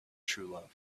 truelove